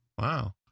Wow